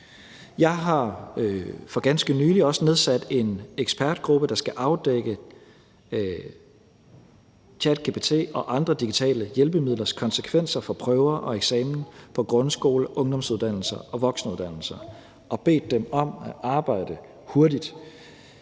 Jeg har for ganske nylig også nedsat en ekspertgruppe, der skal afdække ChatGPT og andre digitale hjælpemidlers konsekvenser for prøver og eksamener på grundskoler, ungdomsuddannelser og voksenuddannelser, og bedt dem om at arbejde hurtigt.